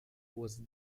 was